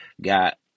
got